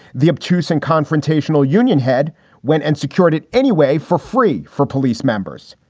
the obtuse and confrontational union head went and secured it anyway for free for police members.